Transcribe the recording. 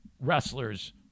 wrestlers